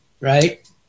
right